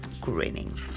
grinning